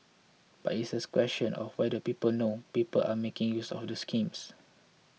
but it is a question of whether people know people are making use of the schemes